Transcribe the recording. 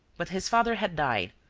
but his father had died,